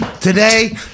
today